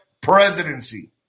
presidency